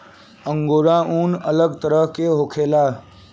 angora ऊन अलग तरह के होखेला